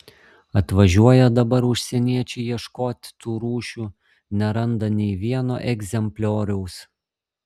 atvažiuoja dabar užsieniečiai ieškot tų rūšių neranda nei vieno egzemplioriaus